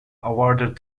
awarded